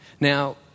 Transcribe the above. Now